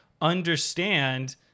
understand